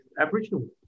Aboriginal